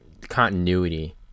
continuity